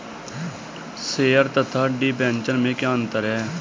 Share तथा debenture में क्या अंतर है?